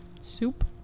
Soup